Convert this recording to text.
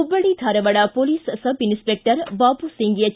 Hubballi Dharwad police sub inspector Babu Singh H